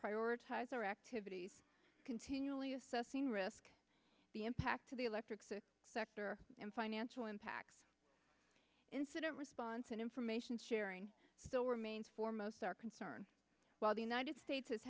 prioritize our activities continually assessing risk the impact to the electrics the sector and financial impacts incident response and information sharing still remains foremost our concern while the united states has